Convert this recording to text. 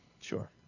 Sure